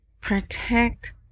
protect